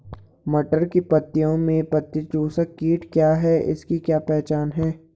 मटर की पत्तियों में पत्ती चूसक कीट क्या है इसकी क्या पहचान है?